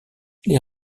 les